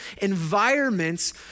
environments